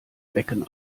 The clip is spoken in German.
becken